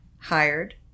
hired